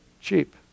cheap